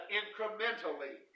incrementally